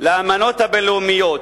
של האמנות הבין-לאומיות,